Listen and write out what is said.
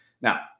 Now